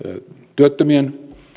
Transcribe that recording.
työttömien